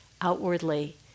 outwardly